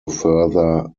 further